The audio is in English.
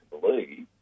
believe